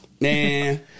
man